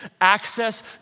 access